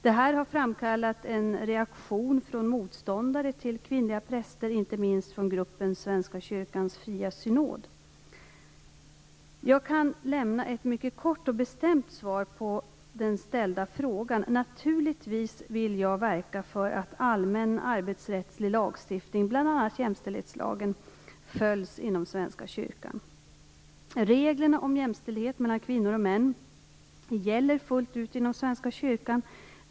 Detta har framkallat en reaktion från motståndare till kvinnliga präster, inte minst från gruppen Svenska kyrkans fria synod. Jag kan lämna ett mycket kort och bestämt svar på den ställda frågan: Naturligtvis vill jag verka för att allmän arbetsrättslig lagstiftning, bl.a. jämställdhetslagen , följs inom Svenska kyrkan. Reglerna om jämställdhet mellan kvinnor och män gäller fullt ut inom Svenska kyrkan.